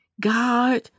God